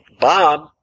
Bob